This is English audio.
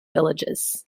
villages